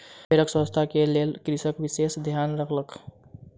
भेड़क स्वच्छता के लेल कृषक विशेष ध्यान रखलक